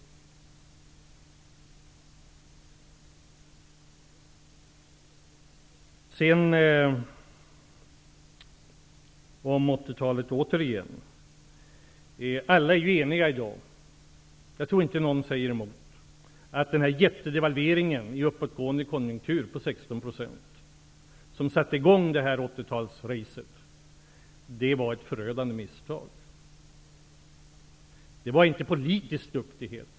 När det gäller 80-talet återigen är vi ju alla eniga i dag -- jag tror inte att någon säger emot -- om att jättedevalveringen på 16 % i uppåtgående konjunktur, som satte i gång den här 80 talskapplöpningen, var ett förödande misstag. Det var inte politiskt duglighet.